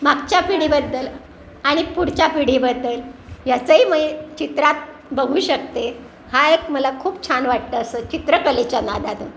मागच्या पिढीबद्दल आणि पुढच्या पिढीबद्दल याचंही मी चित्रात बघू शकते हा एक मला खूप छान वाटतं असं चित्रकलेच्या नादानं